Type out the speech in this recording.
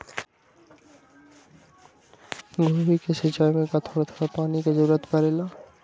गोभी के सिचाई में का थोड़ा थोड़ा पानी के जरूरत परे ला?